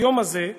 כיום הזה,